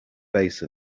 base